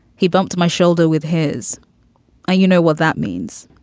he bumped my shoulder with his eye. you know what that means.